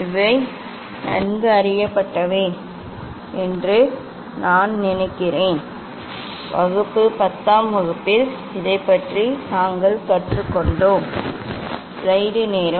இவை நன்கு அறியப்பட்டவை என்று நான் நினைக்கிறேன் வகுப்பு 10 ஆம் வகுப்பில் இதைப் பற்றி நாங்கள் கற்றுக்கொண்டோம்